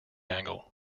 angle